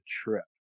trip